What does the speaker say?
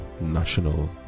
National